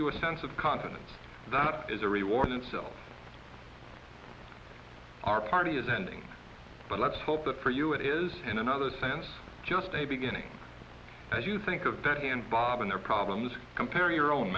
you a sense of confidence that is a reward in itself our party is ending but let's hope that for you it is in another sense just a beginning as you think of that and bob and their problems compare your own